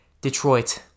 Detroit